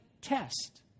test